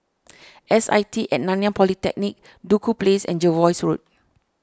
S I T at Nanyang Polytechnic Duku Place and Jervois Road